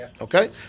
Okay